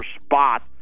spot